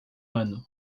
ano